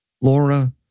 Laura